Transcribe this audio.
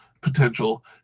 potential